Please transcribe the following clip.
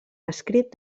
escrit